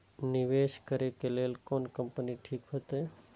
निवेश करे के लेल कोन कंपनी ठीक होते?